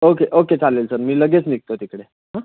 okay okay चालेल sir मी लगेच निघतो तिकडे